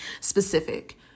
specific